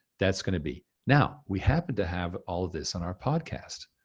that's gonna be. now, we happen to have all this on our podcast.